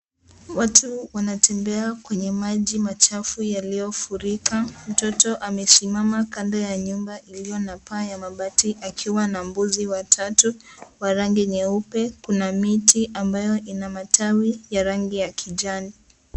Watu wanatembea kwenye maji machafu yaliyofurika. Mtoto amesimama kando ya nyumba iliyo na paa ya mabati akiwa na mbuzi watatu wa rangi nyeupe. Kuna miti ambayo ina matawi ya rangi ya kijani.